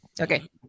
Okay